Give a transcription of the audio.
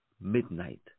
midnight